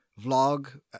vlog